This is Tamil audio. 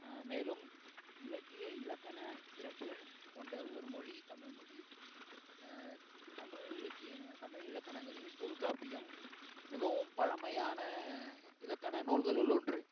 மேலும் இலக்கிய இலக்கண சிறப்பு கொண்ட ஒரு மொழி தமிழ்மொழி தமிழ் இலக்கிய தமிழ் இலக்கணங்களில் தொல்காப்பியம் மிகவும் பழமையான இலக்கண நூல்களுள் ஒன்று